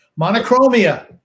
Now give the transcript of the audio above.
monochromia